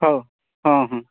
ହଉ ହଁ ହଁ